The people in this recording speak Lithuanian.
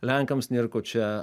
lenkams nėr ko čia